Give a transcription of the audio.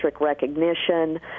recognition